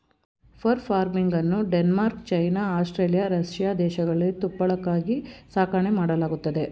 fur ಫಾರ್ಮಿಂಗನ್ನು Denmark, China, Australia, Russia ದೇಶಗಳಲ್ಲಿ ತುಪ್ಪಳಕ್ಕಾಗಿ ಸಾಕಣೆ ಮಾಡಲಾಗತ್ತದೆ